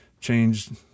changed